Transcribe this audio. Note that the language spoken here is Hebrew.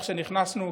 איך שנכנסנו,